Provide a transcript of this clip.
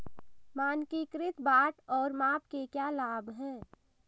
मानकीकृत बाट और माप के क्या लाभ हैं?